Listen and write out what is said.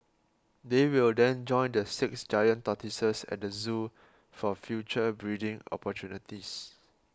they will then join the six giant tortoises at the zoo for future breeding opportunities